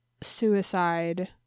suicide